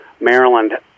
Maryland